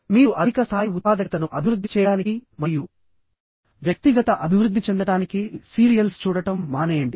మీరు అధిక స్థాయి ఉత్పాదకతను అభివృద్ధి చేయడానికి మరియు వ్యక్తిగత అభివృద్ధి చెందటానికిసీరియల్స్ చూడటం మానేయండి